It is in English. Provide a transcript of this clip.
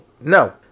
no